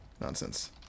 Nonsense